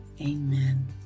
amen